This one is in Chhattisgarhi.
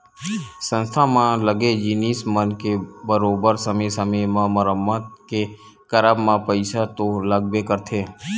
संस्था म लगे जिनिस मन के बरोबर समे समे म मरम्मत के करब म पइसा तो लगबे करथे